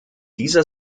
dieser